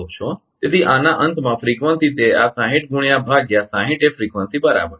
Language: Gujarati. તેથી આના અંતમાં ફ્રીકવંસી તે આ 60 ગુણ્યા ભાગ્યા 60 એ ફ્રીકવંસી બરાબર છે